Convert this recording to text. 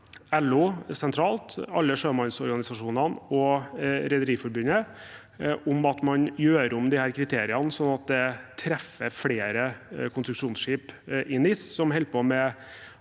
LO sentralt, fra alle sjømannsorganisasjonene og fra Rederiforbundet, om at man gjør om disse kriteriene sånn at det treffer flere konstruksjonsskip i NIS som holder på med